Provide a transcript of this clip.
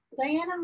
Diana